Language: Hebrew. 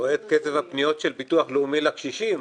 רואה את קצב הפניות של ביטוח לאומי לקשישים.